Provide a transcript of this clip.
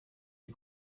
die